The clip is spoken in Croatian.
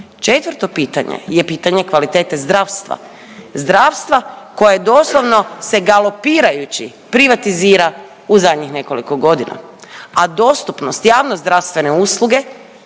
Četvrto pitanje je pitanje kvalitete zdravstva, zdravstva koje doslovno se galopirajući privatizira u zadnjih nekoliko godina, a dostupnost javnozdravstvene usluge